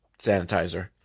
sanitizer